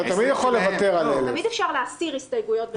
אתה תמיד יכול לוותר על 1,000. תמיד אפשר להסיר הסתייגויות בזמן הדיון.